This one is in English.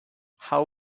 how